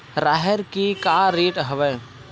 राहेर के का रेट हवय?